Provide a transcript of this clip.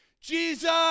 Jesus